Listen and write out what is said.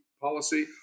policy